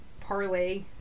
parlay